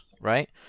right